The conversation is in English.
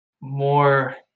more